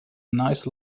nice